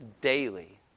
daily